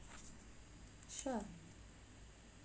sure